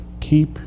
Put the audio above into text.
Keep